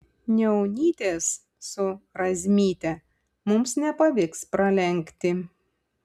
niaunytės su razmyte mums nepavyks pralenkti